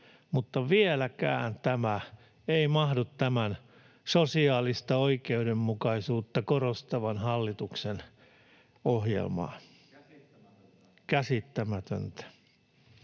mutta vieläkään tämä ei mahdu tämän sosiaalista oikeudenmukaisuutta korostavan hallituksen ohjelmaan.